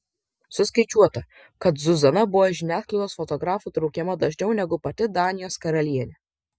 suskaičiuota kad zuzana buvo žiniasklaidos fotografų traukiama dažniau negu pati danijos karalienė